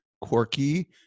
quirky